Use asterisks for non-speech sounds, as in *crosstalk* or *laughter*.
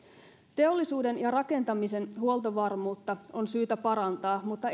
teollisuuden ja rakentamisen huoltovarmuutta on syytä parantaa mutta *unintelligible*